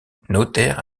notaire